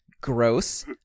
gross